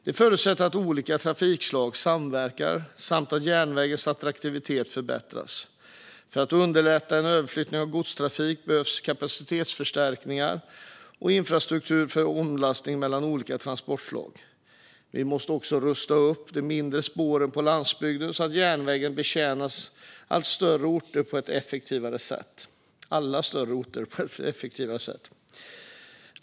Det förutsätter att olika trafikslag samverkar och att järnvägens attraktivitet förbättras. För att underlätta en överflyttning av godstrafiken behövs kapacitetsförstärkningar och infrastruktur för omlastning mellan olika transportslag. Vi måste också rusta upp de mindre spåren på landsbygden så att järnvägen betjänar alla större orter på ett effektivt sätt.